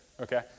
okay